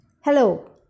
hello